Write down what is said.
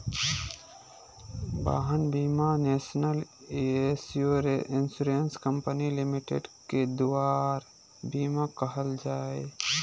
वाहन बीमा national insurance company limited के दुआर बीमा कहल जाहइ